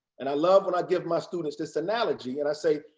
and i love when i give my students this analogy and i say,